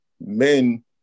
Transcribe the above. men